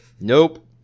Nope